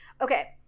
Okay